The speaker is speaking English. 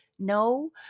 No